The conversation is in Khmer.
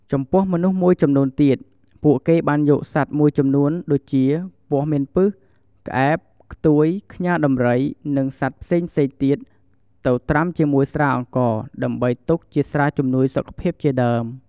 ចំពោះមនុស្សមួយចំនួនទៀតពួកគេបានយកសត្វមួយចំនួនដួចជា ពស់មានពិស ក្អែប ខ្ទួយ ខ្យាដំរី និងសត្វផ្សេងៗទៀតទៅត្រាំជាមួយស្រាអង្ករ ដើម្បីទុកជាស្រាជំនួយសុខភាពជាដើម។